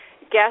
guest